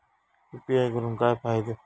UPI करून काय फायदो?